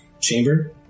chamber